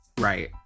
Right